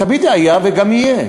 תמיד זה היה וגם יהיה.